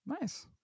nice